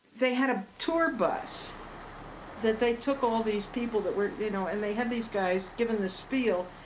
they had a tour bus that they took all these people that weren't, you know and they had these guys giving the spiel.